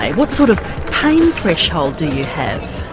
what sort of pain threshold do you have?